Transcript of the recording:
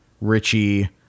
Richie